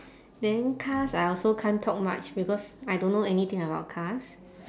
then cars I also can't talk much because I don't know anything about cars